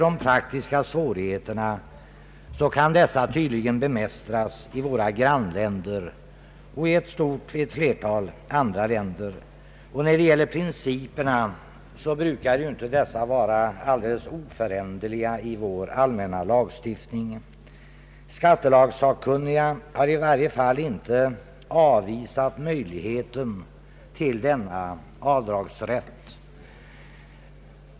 De praktiska svårigheterna kan tydligen bemästras i våra grannländer och i ett flertal andra länder, och principerna brukar inte vara oföränderliga i vår allmänna lagstiftning. Skattelagsakkunniga har i varje fall inte avvisat möjligheten till denna avdragsrätt.